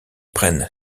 prennent